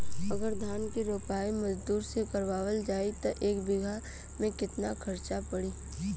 अगर धान क रोपाई मजदूर से करावल जाई त एक बिघा में कितना खर्च पड़ी?